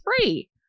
free